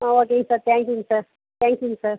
ஆ ஓகேங்க சார் தேங்க்யூங்க சார் தேங்க்யூங்க சார்